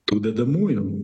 tų dedamųjų